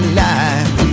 life